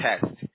test